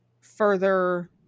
further –